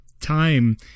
time